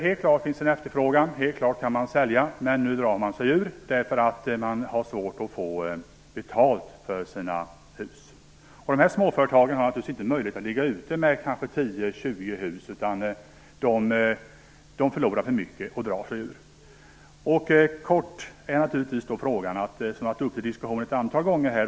Helt klart finns det en efterfrågan och helt klart kan man sälja, men nu drar man sig ur. Man har nämligen svårt att få betalt för sina hus. De här småföretagen kan naturligtvis inte ligga ute med kanske 10-20 hus. Man förlorar för mycket och drar sig därför ur. En sak som ett antal gånger har diskuterats här i kammaren vill jag helt kort ta upp.